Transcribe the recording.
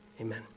Amen